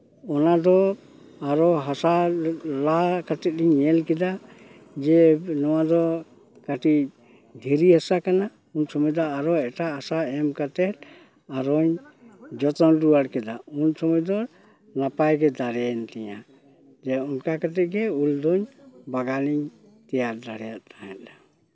ᱚᱱᱟᱫᱚ ᱟᱨᱚ ᱦᱟᱥᱟ ᱞᱟ ᱠᱟᱛᱮ ᱤᱧ ᱧᱮᱞ ᱠᱮᱫᱟ ᱡᱮ ᱱᱚᱣᱟᱫᱚ ᱠᱟᱹᱴᱤᱡ ᱫᱷᱤᱨᱤ ᱦᱟᱥᱟ ᱠᱟᱱᱟ ᱩᱱ ᱥᱚᱢᱚᱭ ᱫᱚ ᱟᱨᱚ ᱮᱴᱟᱜ ᱦᱟᱥᱟ ᱮᱢ ᱠᱟᱛᱮ ᱟᱨᱚᱧ ᱡᱚᱛᱚᱱ ᱨᱩᱣᱟᱹᱲ ᱠᱮᱫᱟ ᱩᱱ ᱥᱚᱢᱚᱭ ᱫᱚ ᱱᱟᱯᱟᱭᱜᱮ ᱫᱟᱮᱭᱮᱱ ᱛᱤᱧᱟ ᱚᱱᱠᱟ ᱠᱟᱛᱮ ᱜᱮ ᱤᱞ ᱫᱚ ᱵᱟᱜᱟᱱᱤᱧ ᱛᱮᱭᱟᱨ ᱫᱟᱲᱮᱭᱟᱜ ᱛᱟᱦᱮᱸᱜᱼᱟ